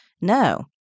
No